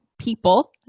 people